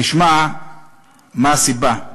תשמע מה הסיבה: